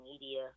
media